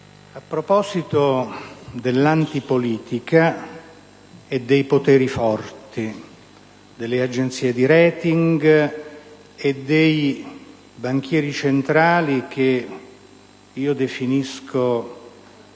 a proposito dell'antipolitica e dei poteri forti, delle agenzie di *rating* e dei banchieri centrali che definisco